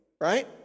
Right